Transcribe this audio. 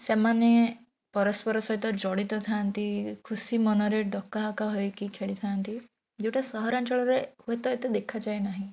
ସେମାନେ ପରସ୍ପର ସହିତ ଜଡ଼ିତ ଥାଆନ୍ତି ଖୁସି ମନରେ ଡକାହକା ହୋଇକି ଖେଳି ଥାଆନ୍ତି ଯେଉଁଟା ସହରାଞ୍ଚଳରେ ହୁଏ ତ ଏତେ ଦେଖାଯାଏ ନାହିଁ